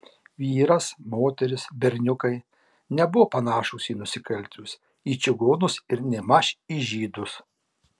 vyras moteris berniukai nebuvo panašūs į nusikaltėlius į čigonus ir nėmaž į žydus